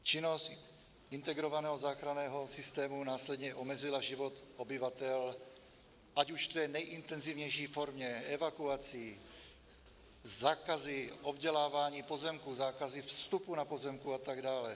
Činnost Integrovaného záchranného systému následně omezila život obyvatel ať už v té nejintenzivnější formě evakuací, zákazy obdělávání pozemků, zákazy vstupu na pozemky a tak dále.